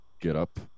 get-up